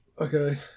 Okay